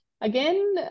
Again